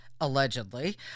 allegedly